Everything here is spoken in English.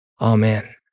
Amen